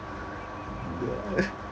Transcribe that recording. uh